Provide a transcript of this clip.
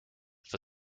for